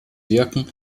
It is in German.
wirken